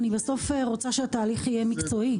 אני בסוף רוצה שהתהליך יהיה מקצועי.